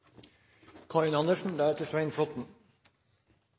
Karin Andersen